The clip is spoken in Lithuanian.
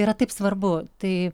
yra taip svarbu tai